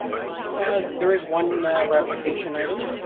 and there is one ratification item.